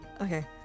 okay